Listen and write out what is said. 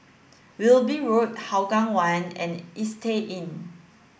Wilby Road Hougang One and Istay Inn